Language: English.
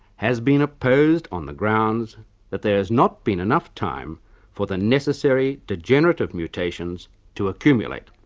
has been opposed on the grounds that there has not been enough time for the necessary degenerative mutations to accumulate.